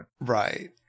Right